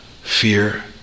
fear